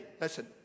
listen